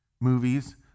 movies